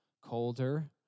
colder